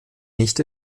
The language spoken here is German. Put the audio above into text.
nicht